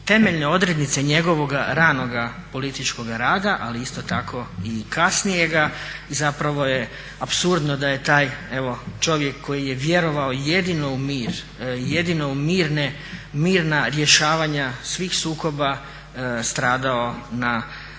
temeljne odrednice njegovoga ranoga političkoga rada ali isto tako i kasnijega. Zapravo je apsurdno da je taj čovjek koji je vjerovao jedino u mir, jedino u mirna rješavanja svih sukoba stradao na takav